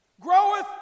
groweth